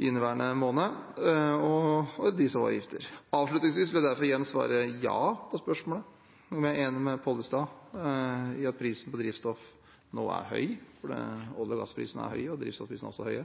inneværende måned – «og drivstoffavgifter». Avslutningsvis vil jeg derfor igjen svare ja på spørsmålet om jeg er enig med Pollestad i at prisen på drivstoff nå er høy, for olje- og gassprisene er høye, og drivstoffprisene er også høye.